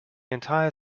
entire